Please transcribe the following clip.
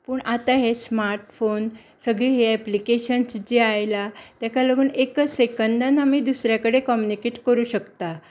पूण आतां हे स्मार्टफोन सगळे हीं एप्लीकेशन्स जीं आयला ताका लागून एका सेकंदांत आमी दुसऱ्या कडेन कम्यूनिकेट करूंक शकतात